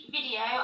video